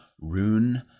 Rune